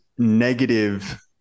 negative